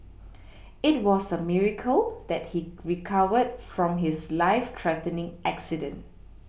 it was a miracle that he recovered from his life threatening accident